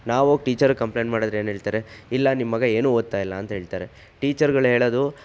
ನಾವೋಗಿ ಟೀಚರಿಗೆ ಕಂಪ್ಲೇಂಟ್ ಮಾಡಿದ್ರೆ ಏನು ಹೇಳ್ತಾರೆ ಇಲ್ಲ ನಿಮ್ಮಗ ಏನು ಓದ್ತಾಯಿಲ್ಲ ಅಂತ ಹೇಳ್ತಾರೆ ಟೀಚರ್ಗಳು ಹೇಳೋದು